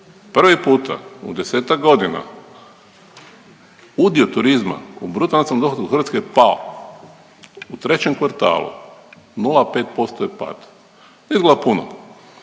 Prvi puta u 10-tak godina udio turizma u bruto nacionalnom dohotku Hrvatske je pao, u trećem kvartalu 0,5% je pad, ne izgleda puno,